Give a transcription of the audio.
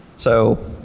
so